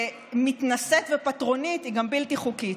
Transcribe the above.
ומתנשאת ופטרונית, היא גם בלתי חוקית.